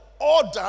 order